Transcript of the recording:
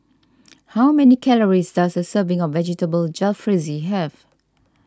how many calories does a serving of Vegetable Jalfrezi have